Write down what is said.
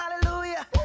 hallelujah